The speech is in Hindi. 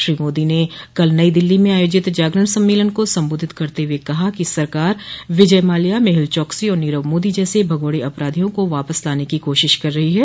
श्री मोदी ने कल नई दिल्ली में आयोजित जागरण सम्मेलन को संबोधित करते हुए कहा कि सरकार विजय माल्या मेहुल चोकसी और नीरव मोदी जैसे भगोड़े अपराधियों को वापस लाने की कोशिश कर रही है